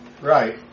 Right